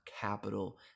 capital